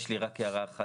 אז יש לי רק הערה אחת.